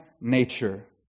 nature